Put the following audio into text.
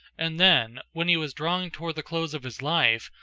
and then, when he was drawing toward the close of his life,